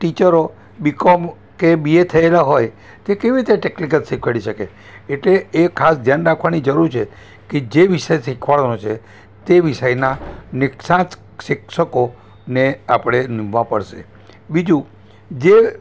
ટીચરો બીકોમ કે બીએ થયેલા હોય તે કેવી રીતે ટેકનિકલ શીખવાડી શકે એટલે એ ખાસ ધ્યાન રાખવાની જરૂર છે કે જે વિષય શીખવાડવાનો છે તે વિષયના નિષ્ણાત શિક્ષકો ને આપણે નીમવા પડશે બીજું જે